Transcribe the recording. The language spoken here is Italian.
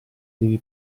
devi